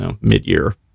mid-year